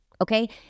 okay